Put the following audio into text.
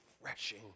refreshing